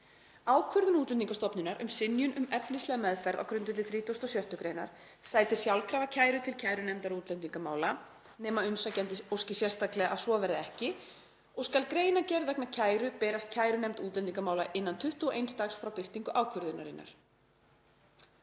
Ákvörðun Útlendingastofnunar um synjun um efnislega meðferð á grundvelli 36. gr. sætir sjálfkrafa kæru til kærunefndar útlendingamála nema umsækjandi óski sérstaklega að svo verði ekki og skal greinargerð vegna kæru berast kærunefnd útlendingamála innan 21 dags frá birtingu ákvörðunarinnar.“